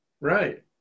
Right